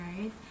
right